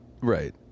right